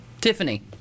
Tiffany